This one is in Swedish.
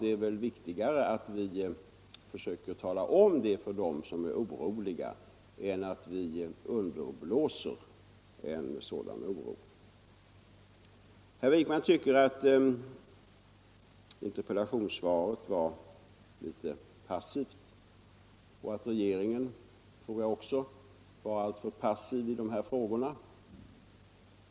Det är väl viktigare att vi försöker förklara det för dem som är oroliga än att vi underblåser en sådan oro. Herr Wijkman tyckte att interpellationssvaret var litet passivt och att regeringen, tror jag, också var alltför passiv i de här frågorna.